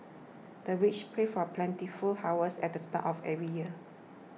the villagers pray for plentiful harvest at the start of every year